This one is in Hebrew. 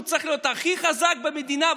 הוא צריך להיות הכי חזק במדינה,